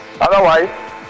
Otherwise